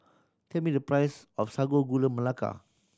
tell me the price of Sago Gula Melaka